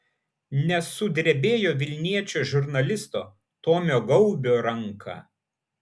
nesudrebėjo vilniečio žurnalisto tomo gaubio ranka